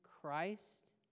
Christ